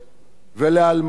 ולאלמנות,